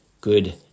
good